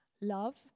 Love